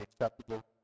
acceptable